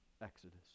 Exodus